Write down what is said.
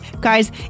Guys